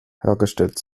hergestellt